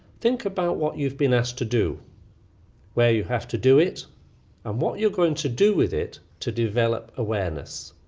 think about what you've been asked to do where you have to do it and what you're going to do with it to develop awareness